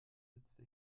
setzte